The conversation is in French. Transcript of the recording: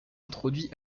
introduit